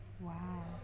Wow